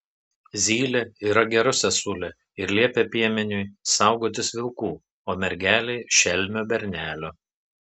zylė yra gera sesulė ir liepia piemeniui saugotis vilkų o mergelei šelmio bernelio